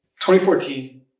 2014